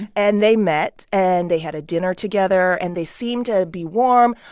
and they met. and they had a dinner together. and they seemed to be warm.